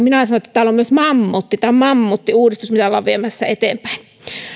minä sanon että täällä on myös mammutti tämä on mammuttiuudistus mitä ollaan viemässä eteenpäin